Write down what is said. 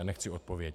Nechci odpověď.